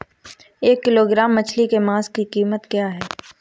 एक किलोग्राम मछली के मांस की कीमत क्या है?